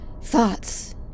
thoughts